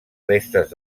restes